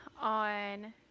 on